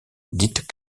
dite